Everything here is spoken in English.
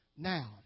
Now